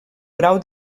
grau